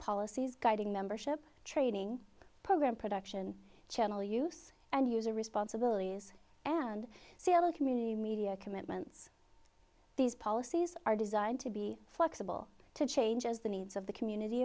policies guiding membership training program production channel use and user responsibilities and sale of community media commitments these policies are designed to be flexible to change as the needs of the community